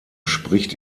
spricht